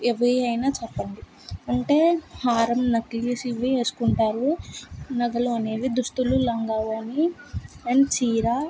ఎవరివి అయినా చెప్పండి అంటే హారం నెక్లెస్ ఇవి వేసుకుంటారు నగలు అనేవి దుస్తులు లంగా ఓణీ అండ్ చీర